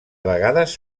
vegades